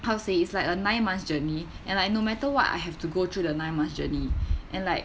how to say it's like a nine month journey and I no matter what I have to go through the nine months journey and like